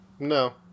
No